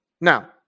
Now